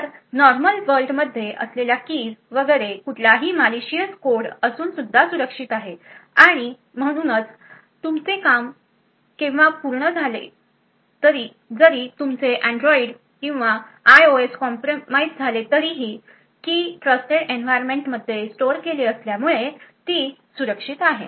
तर normal world मध्ये असलेल्या कीज वगैरे कुठलाही मालीशियस कोड असून सुद्धा सुरक्षित आहेत आणि म्हणूनच तुमचे केव्हा हे काम पूर्ण झाले जरी तुमचे अँड्रॉइड किंवा आयओएस कॉम्प्रमाईज झाले तरीही की ट्रस्टेड एन्व्हायरमेंटमध्ये स्टोअर केली असल्यामुळे ती सुरक्षित आहे